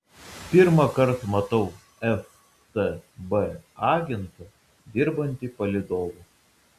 pirmąkart matau ftb agentą dirbantį palydovu